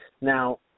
Now